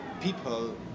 people